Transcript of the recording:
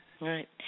Right